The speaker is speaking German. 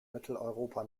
mitteleuropa